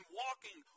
walking